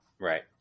right